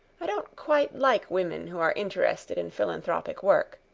i don't quite like women who are interested in philanthropic work.